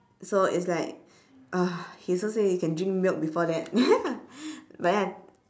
so it's like uh he also say you can drink milk before that but then I